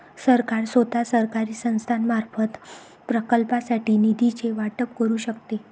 सरकार स्वतः, सरकारी संस्थांमार्फत, प्रकल्पांसाठी निधीचे वाटप करू शकते